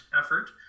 effort